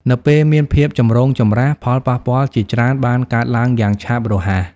នៅពេលមានភាពចម្រូងចម្រាស ផលប៉ះពាល់ជាច្រើនបានកើតឡើងយ៉ាងឆាប់រហ័ស។